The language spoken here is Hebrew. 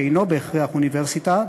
שאינו בהכרח אוניברסיטה,